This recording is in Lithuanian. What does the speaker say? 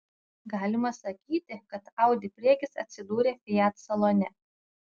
galima sakyti kad audi priekis atsidūrė fiat salone